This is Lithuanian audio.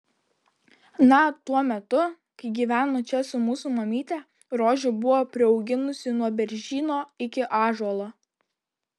na tuo metu kai gyveno čia su mūsų mamyte rožių buvo priauginusi nuo beržyno iki ąžuolo